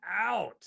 out